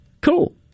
Cool